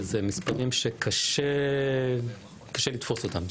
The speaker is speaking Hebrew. שאלה מספרי שקשה לתפוס אותם.